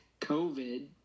COVID